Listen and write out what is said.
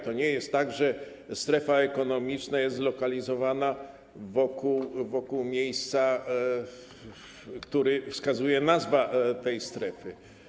To nie jest tak, że strefa ekonomiczna jest zlokalizowana wokół miejsca, na które wskazuje nazwa tej strefy.